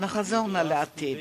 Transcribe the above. נחזור נא לעתיד.